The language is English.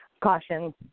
caution